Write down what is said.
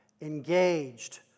engaged